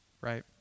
right